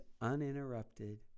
uninterrupted